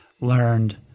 learned